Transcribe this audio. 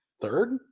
Third